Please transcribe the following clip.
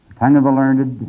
tongue of the learned, and